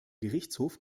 gerichtshof